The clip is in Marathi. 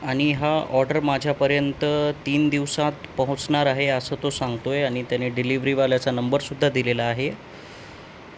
आणि हा ऑर्डर माझ्यापर्यंत तीन दिवसात पोहोचणार आहे असं तो सांगतो आहे आणि त्याने डिलिव्हीवाल्याचा नंबरसुद्धा दिलेला आहे